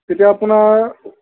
তেতিয়া আপোনাৰ